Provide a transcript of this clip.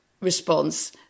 response